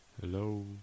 Hello